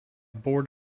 board